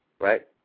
right